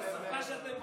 את השפה שאתם מביאים,